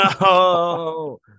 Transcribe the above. no